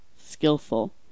skillful